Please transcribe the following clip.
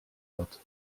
wird